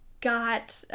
got